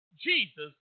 Jesus